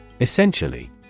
Essentially